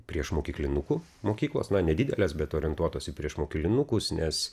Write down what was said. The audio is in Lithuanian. priešmokyklinukų mokyklos na nedidelės bet orientuotos į priešmokylinukus nes